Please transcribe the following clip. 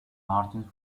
martins